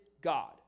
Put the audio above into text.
God